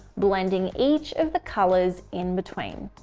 blending each of the colors in between.